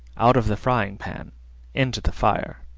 out of the frying-pan into the fire.